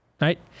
right